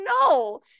no